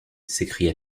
s’écria